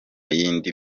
y’indi